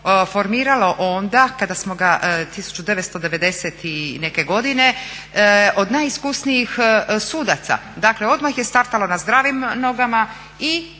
formiralo onda kada smo ga 1990.i neke godine od najiskusnijih sudaca, dakle odmah je startalo na zdravim nogama i